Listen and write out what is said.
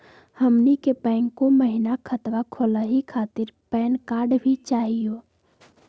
हमनी के बैंको महिना खतवा खोलही खातीर पैन कार्ड भी चाहियो?